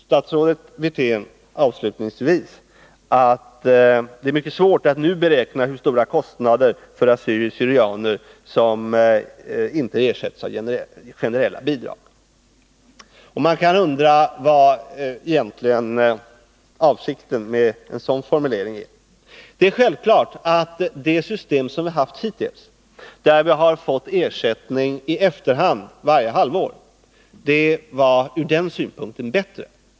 Statsrådet Wirtén säger avslutningsvis att det är mycket svårt att nu beräkna hur stora kostnader för assyrier och syrianer som inte ersätts av generella bidrag. Man kan undra vad avsikten med en sådan formulering egentligen är. Det är självklart att det system vi har haft hittills — där ersättningen har betalats ut i efterhand varje halvår — ur den synpunkten har varit bättre.